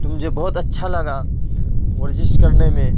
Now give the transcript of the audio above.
تو مجھے بہت اچھا لگا ورزش کرنے میں